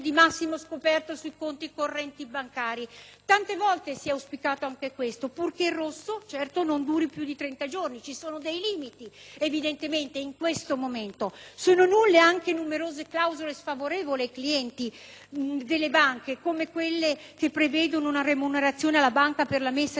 tante volte auspicato), purché il "rosso", certo, non duri più di trenta giorni perché ci sono dei limiti, evidentemente, in questo momento. Sono nulle anche numerose clausole sfavorevoli ai clienti delle banche, come quella che prevede una remunerazione alla banca per la messa a disposizione di fondi a prescindere dall'effettivo prelevamento